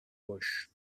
coix